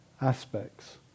aspects